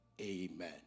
Amen